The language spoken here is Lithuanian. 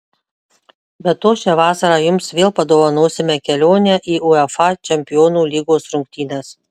be to šią vasarą jums vėl padovanosime kelionę į uefa čempionų lygos rungtynes